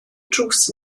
drws